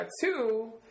two